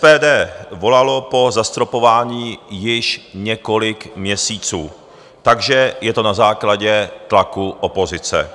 SPD volalo po zastropování již několik měsíců, takže je to na základě tlaku opozice.